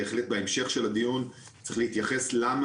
בהמשך של הדיון צריך להתייחס גם ללמה